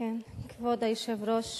כבוד היושב-ראש,